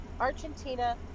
Argentina